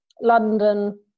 London